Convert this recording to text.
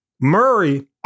Murray